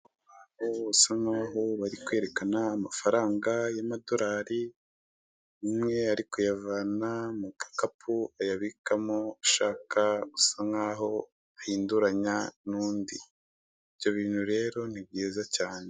Abantu bisa nk'aho bari kwerekana amafaranga y'amadorari, umwe ari kuyavana mu gakapu ayabikamo ashaka gusa nk'aho ahinduranya n'undi, ibyo bintu rero ni byiza cyane.